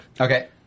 Okay